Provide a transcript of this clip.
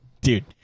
Dude